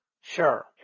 Sure